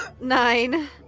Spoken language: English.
Nine